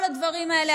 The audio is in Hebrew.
כל הדברים האלה,